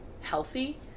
healthy